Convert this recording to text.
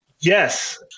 Yes